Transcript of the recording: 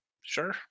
Sure